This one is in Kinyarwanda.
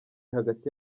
hagati